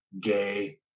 gay